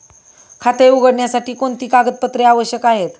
खाते उघडण्यासाठी कोणती कागदपत्रे आवश्यक आहे?